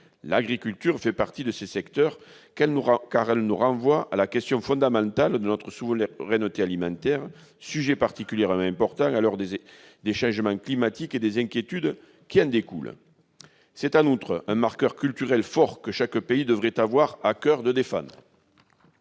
L'agriculture fait partie de ces secteurs, car elle nous renvoie à la question fondamentale de notre souveraineté alimentaire, sujet particulièrement important à l'heure des changements climatiques et des inquiétudes qui en découlent. C'est en outre un marqueur culturel fort, que chaque pays devrait avoir à coeur de défendre.